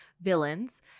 Villains